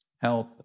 health